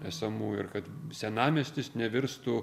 esamų ir kad senamiestis nevirstų